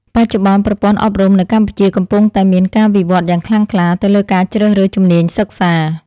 បច្ចុប្បន្ន ប្រព័ន្ធអប់រំនៅកម្ពុជាកំពុងតែមានការវិវត្តយ៉ាងខ្លាំងក្លាទៅលើការជ្រើសរើសជំនាញសិក្សា។